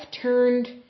turned